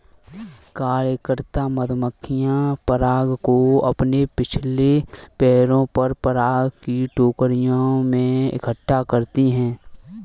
कार्यकर्ता मधुमक्खियां पराग को अपने पिछले पैरों पर पराग की टोकरियों में इकट्ठा करती हैं